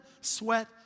sweat